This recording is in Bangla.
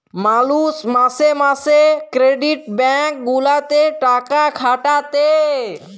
মালুষ মাসে মাসে ক্রেডিট ব্যাঙ্ক গুলাতে টাকা খাটাতে